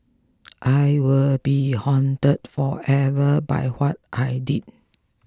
I will be haunted forever by what I did